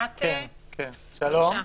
שלום.